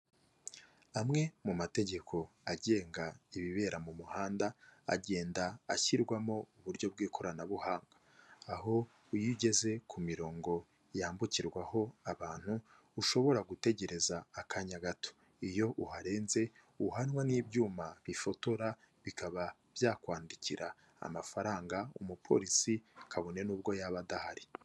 Amwe mu mategeko agenga ibibera mu muhanda, agenda ashyirwamo uburyo bw'ikoranabuhanga, aho iyo ugeze ku mirongo yambukirwaho abantu ushobora gutegereza akanya gato, iyo uharenze uhanwa n'ibyuma bifotora bikaba byakwandikira amafaranga umupolisi kabone n'ubwo yaba adahari.